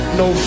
no